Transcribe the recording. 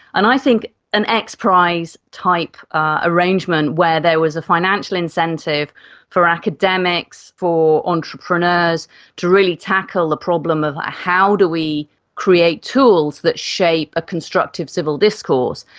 and i think an xprize type ah arrangement where there was a financial incentive for academics, for entrepreneurs to really tackle the problem of ah how do we create tools that shape a constructive civil discourse,